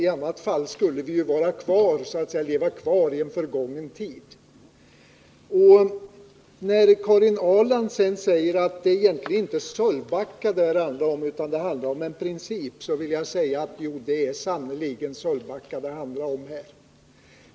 I annat fall skulle vi så att säga leva kvar i en förgången tid. När Karin Ahrland sade att det egentligen inte handlar om Sölvbacka utan om en princip vill jag understryka att det sannerligen är just Sölvbacka det handlar om.